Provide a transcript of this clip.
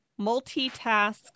multitask